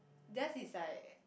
theirs is like